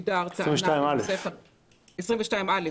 סעיף 22(א)